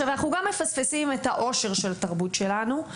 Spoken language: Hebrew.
אנחנו גם מפספסים את העושר של התרבות שלנו,